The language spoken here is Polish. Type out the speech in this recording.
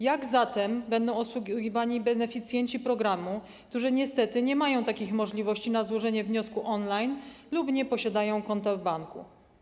Jak zatem będą obsługiwani beneficjenci programu, którzy niestety nie mają możliwości złożenia wniosku on line lub nie posiadają konta w banku?